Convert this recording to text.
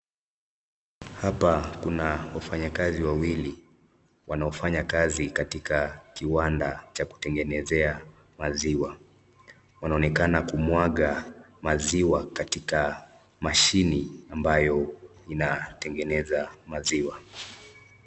Hapa kuna wafanyi kazi wawili, wanaofanya kazi katika kiwanda cha kutengenezea maziwa. Wanaonekana kumwaga maziwa katika, mashini ambayo inatengeneza maziwa.